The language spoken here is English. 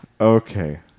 Okay